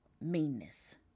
meanness